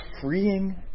freeing